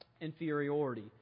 inferiority